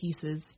pieces